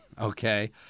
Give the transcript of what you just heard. Okay